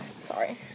Sorry